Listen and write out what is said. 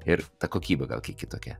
ir ta kokybė gal kiek kitokia